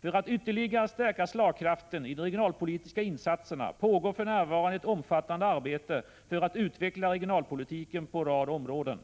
För att ytterligare stärka slagkraften i de regionalpolitiska insatserna pågår för närvarande ett omfattande arbete för att utveckla regionalpolitiken på en rad områden.